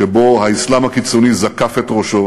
שבו האסלאם הקיצוני זקף את ראשו